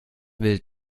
will